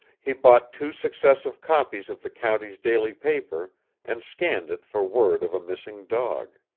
he bought two successive copies of the county's daily paper and scanned it for word of a missing dog.